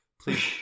Please